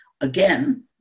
again